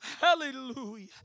Hallelujah